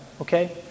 Okay